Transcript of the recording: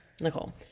Nicole